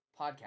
podcast